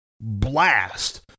Blast